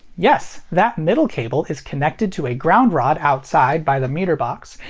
yes. that middle cable is connected to a ground rod outside by the meter box,